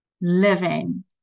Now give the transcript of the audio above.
living